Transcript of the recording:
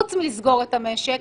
רק לא לסגור את המשק.